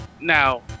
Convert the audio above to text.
Now